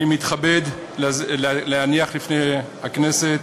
אני מתכבד להניח בפני הכנסת